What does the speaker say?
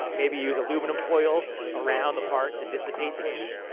maybe use aluminum foil around the part to dissipate the heat,